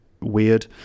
weird